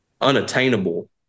unattainable